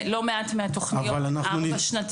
לא מעט מהתוכניות הן ארבע-שנתיות,